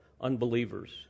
unbelievers